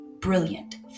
brilliant